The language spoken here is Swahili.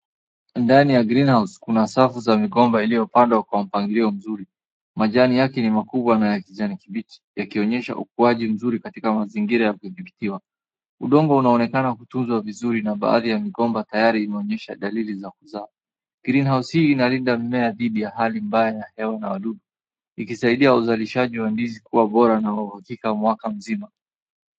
Ndani ya green house kuna safu za migomba iliyopandwa kwa mpangilio mzuri. Majani yake ni makubwa na ya kijani kibichi, yakionyesha ukuaji mzuri katika mazingira ya kudhibitiwa. Udongo unaonekana kutunzwa vizuri na baadhi ya migomba tayari inaonyesha dalili za kuzaa. Green house hii inalinda mimea dhidi ya hali mbaya ya hewa na wadudu, ikisaidia uzalishaji wa ndizi kuwa bora na wa uhakika mwaka mzima.